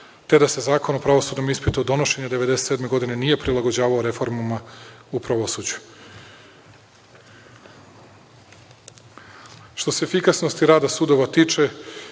te da se Zakon o pravosudnom ispitu od donošenja 1997. godine nije prilagođavao pravosuđu. Što se efikasnosti rada sudova tiče,